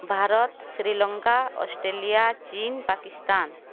Bharat Sri Lanka Australia ଚୀନ୍ ପାକିସ୍ତାନ